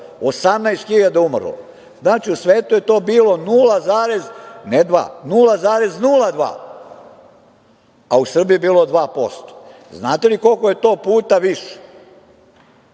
18 hiljada umrlo. Znači, u svetu je to bilo 0,02%, a u Srbiji bilo 2%. Znate li koliko je to puta više?